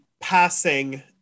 passing